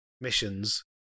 missions